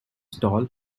stall